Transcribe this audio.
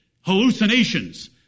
hallucinations